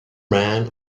man